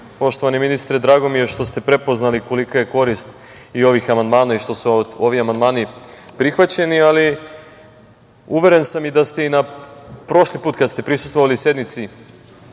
zakon. Poštovani ministre, drago mi je što ste prepoznali kolika je korist i ovih amandmana i što su ovi amandmani prihvaćeni, ali uveren sam i da ste i prošli put kada ste prisustvovali sednici